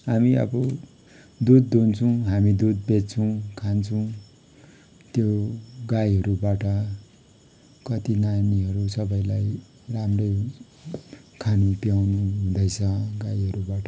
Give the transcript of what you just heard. हामी अब दुध दुहुन्छौँ हामी दुध बेच्छौँ खान्छौँ त्यो गाईहरूबाट कति नानीहरू सबैलाई राम्रै खानु पिलाउँनु हुँदैछ गाईहरूबाटै